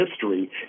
history